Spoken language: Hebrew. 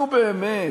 נו, באמת.